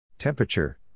Temperature